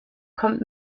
kommt